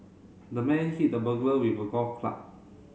the man hit the burglar with a golf club